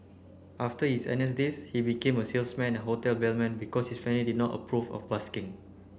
after his N S days he became a salesman and hotel bellman because his family did not approve of busking